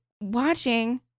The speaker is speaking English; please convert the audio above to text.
watching